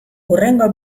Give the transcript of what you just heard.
hurrengo